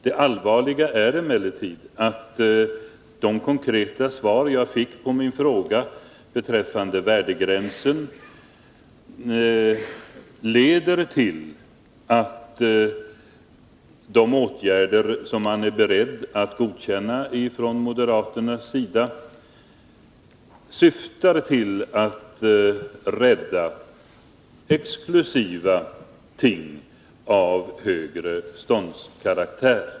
Det allvarliga är emellertid att det konkreta svar jag fick på min fråga beträffande värdegränsen innebär, att de åtgärder som moderaterna är beredda att godkänna syftar till att rädda exklusiva ting av högreståndskaraktär.